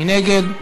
מי נגד?